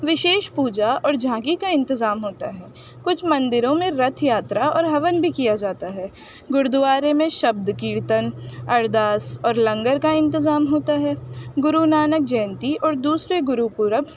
وشیش پوجا اور جھانگی کا انتظام ہوتا ہے کچھ مندروں میں رتھ یاترا اور ہون بھی کیا جاتا ہے گرودوارے میں شبد کیرتن ارداس اور لنگر کا انتظام ہوتا ہے گرو نانک جینتی اور دوسرے گرو پورب